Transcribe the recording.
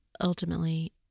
Ultimately